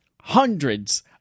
hundreds